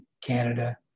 Canada